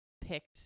picked